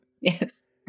Yes